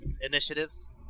initiatives